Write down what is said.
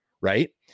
right